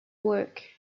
work